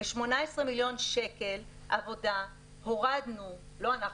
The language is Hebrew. ב-18 מיליון שקלים עבודה הורדנו לא אנחנו,